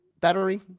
battery